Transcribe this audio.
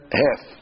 half